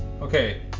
Okay